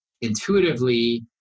intuitively